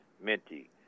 Minty